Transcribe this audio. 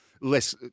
less